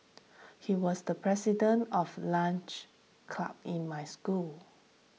he was the president of lunch club in my school